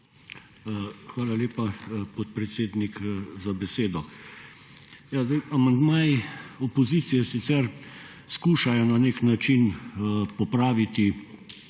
Hvala lepa, podpredsednik za besedo. Amandmaji opozicije sicer skušajo na nek način popraviti